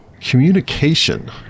communication